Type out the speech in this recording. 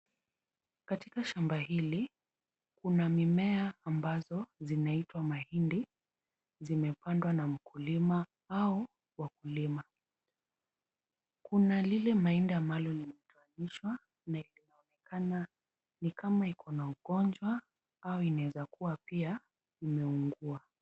Katika shamba hili, kuna mimiea ambazo zinaitwa mahindi. Zimepandwa na mkulima au wakulima. Kuna lile mahindi ambalo limeiva na inaonekana ni kama iko na ugonjwa au inaweza kuwa pia imeungua.